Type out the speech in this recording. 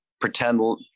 pretend